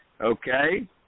Okay